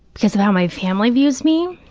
because of how my family views me.